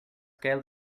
scaled